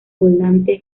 volante